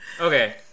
Okay